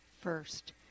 first